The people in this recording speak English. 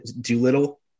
Doolittle